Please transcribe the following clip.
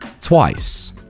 twice